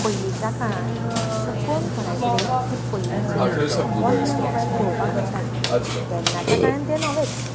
पयलींच्या काळांत चुकोन कोणाय कडेन हे पयलींचे पोन्ने मोबायल पळोवपाक मेळटाले तेन्नाच्या काळांत ते नवेच